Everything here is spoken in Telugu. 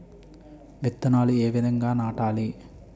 విత్తనాలు ఏ విధంగా నాటాలి?